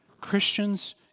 Christians